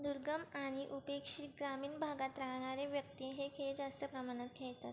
दुर्गम आणि उपेक्षित ग्रामीण भागात राहणारे व्यक्ती हे खेळ जास्त प्रमाणात खेळतात